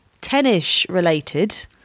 Tennis-related